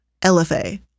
LFA